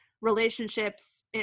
relationships